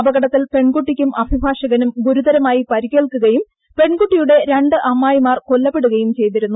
അപകടത്തിൽ പെൺകുട്ടിക്കും അഭിഭാഷകനും ഗുരുതരമായി പരിക്കേൽക്കുകയും പെൺകുട്ടിയുടെ രണ്ട് അമ്മായിമാർ കൊല്ലപ്പെടുകയും ചെയ്തിരുന്നു